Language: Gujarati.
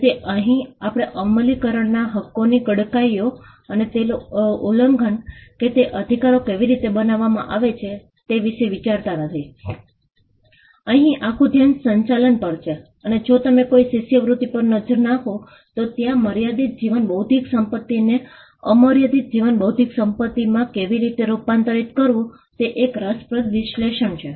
તેથી અહીં આપણે અમલીકરણના હક્કોની કડકાઈઓ તેનું ઉલ્લંઘન કે તે અધિકારો કેવી રીતે બનાવવામાં આવે છે તે વિશે વિચારતા નથી અહીં આખું ધ્યાન સંચાલન પર છે અને જો તમે કેટલીક શિષ્યવૃત્તિ તરફ નજર નાખો તો ત્યાં મર્યાદિત જીવન બૌદ્ધિક સંપત્તિને અમર્યાદિત જીવન બૌદ્ધિક સંપત્તિમાં કેવી રીતે રૂપાંતરિત કરવું તે એક રસપ્રદ વિશ્લેષણ છે